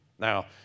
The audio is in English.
Now